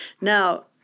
Now